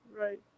right